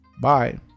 Bye